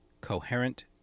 coherent